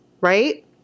right